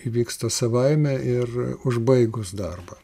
įvyksta savaime ir užbaigus darbą